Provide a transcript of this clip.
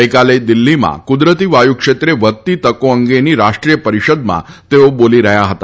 ગઈકાલે દિલ્હીમાં ક્રદરીતી વાયુ ક્ષેત્રે વધતી તકો અંગેની રાષ્ટ્રીય પરિષદમાં તેઓ બોલી રહ્યા હતા